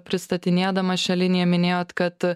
pristatinėdama šią liniją minėjot kad